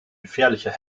gefährlicher